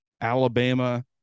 alabama